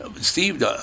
Steve